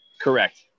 Correct